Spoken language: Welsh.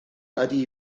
ydy